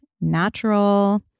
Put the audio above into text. natural